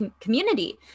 community